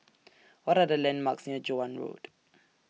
What Are The landmarks near Joan Road